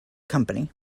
company